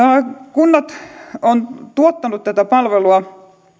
kunnat ovat tuottaneet tätä palvelua